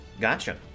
gotcha